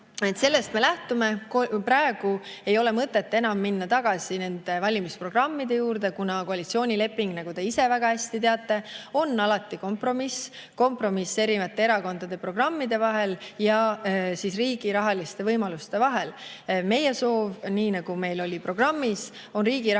Sellest me lähtume. Praegu ei ole mõtet enam minna tagasi nende valimisprogrammide juurde, kuna koalitsioonileping, nagu te ise väga hästi teate, on alati kompromiss: kompromiss erinevate erakondade programmide vahel ja riigi rahaliste võimaluste vahel. Meie soov, nii nagu meil oli programmis, on saada riigi